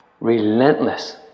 relentless